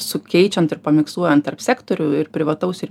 sukeičiant ir pamiksuojant tarp sektorių ir privataus ir